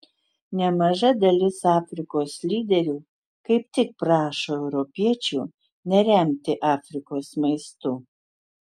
nemaža dalis afrikos lyderių kaip tik prašo europiečių neremti afrikos maistu